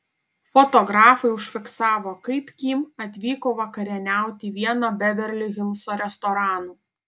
fotografai užfiksavo kaip kim atvyko vakarieniauti į vieną beverli hilso restoranų